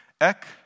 Ek